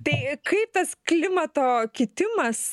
tai kaip tas klimato kitimas